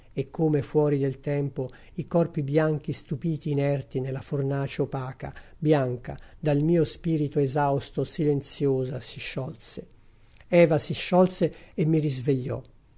e come fuori del tempo i corpi bianchi stupiti inerti nella fornace opaca bianca dal mio spirito esausto silenziosa si sciolse eva si sciolse e mi risvegliò